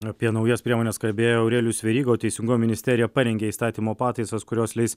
apie naujas priemones kalbėjo aurelijus veryga o teisingumo ministerija parengė įstatymo pataisas kurios leis